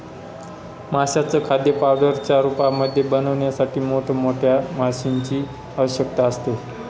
माशांचं खाद्य पावडरच्या रूपामध्ये बनवण्यासाठी मोठ मोठ्या मशीनीं ची आवश्यकता असते